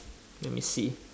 let me see